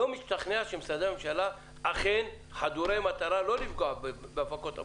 אני לא משתכנע שמשרדי הממשלה אכן חדורי מטרה לא לפגוע בהפקות המקור.